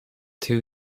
two